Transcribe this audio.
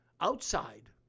outside